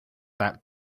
that